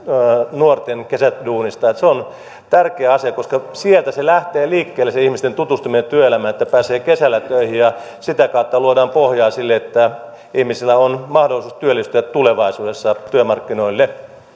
nuorten kesäduunista se on tärkeä asia koska sieltä lähtee liikkeelle se ihmisten tutustuminen työelämään että pääsee kesällä töihin ja sitä kautta luodaan pohjaa sille että ihmisillä on mahdollisuus työllistyä tulevaisuudessa työmarkkinoille